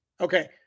Okay